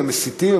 הם מסיתים,